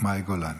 מאי גולן.